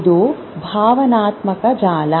ಇದು ಭಾವನಾತ್ಮಕ ಜಾಲ